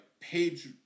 page